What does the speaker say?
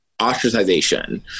ostracization